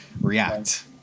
react